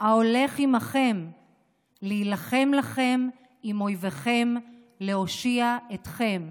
ההֹלך עמכם להִלחם לכם עם אויבכם להושיע אתכם'.